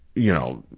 you know,